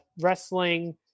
wrestling